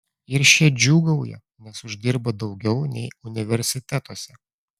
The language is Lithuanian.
ir šie džiūgauja nes uždirba daugiau nei universitetuose